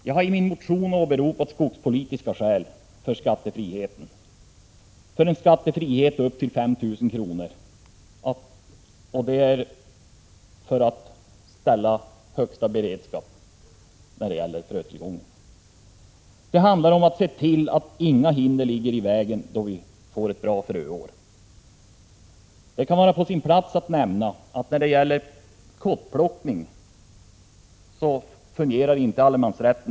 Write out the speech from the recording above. Jag har i min motion åberopat skogspolitiska skäl för en skattefrihet på inkomster upp till 5 000 kr. — detta för att hålla högsta beredskap när det gäller frötillgång. Det handlar om att se till att inga hinder ligger i vägen då vi får ett bra fröår. Det kan vara på sin plats att nämna att när det gäller kottplockning fungerar inte allemansrätten.